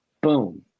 Boom